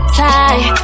tie